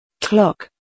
Clock